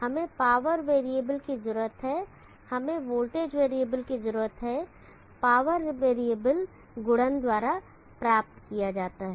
हमें power variable की जरूरत है हमें वोल्टेज वैरिएबल की जरूरत है पावर वेरिएबल गुणन द्वारा प्राप्त किया जाता है